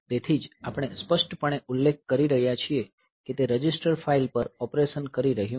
તેથી જ આપણે સ્પષ્ટપણે ઉલ્લેખ કરી રહ્યા છીએ કે તે રજિસ્ટર ફાઇલ પર ઓપરેશન કરી રહ્યું છે